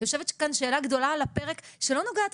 יושבת כאן שאלה גדולה על הפרק שלא נוגעת